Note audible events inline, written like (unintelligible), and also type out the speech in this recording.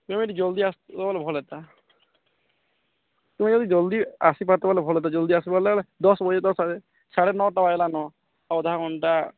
ତମେ (unintelligible) ଭଲ୍ ହେତା ତୁମେ ଯଦି ଜଲ୍ଦି ଆସି (unintelligible) ସାଢ଼େ ନଅ ତ ହେଲା ନଅ ଆଉ ଅଧା ଘଣ୍ଟା